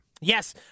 Yes